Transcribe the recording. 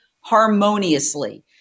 harmoniously